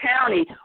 county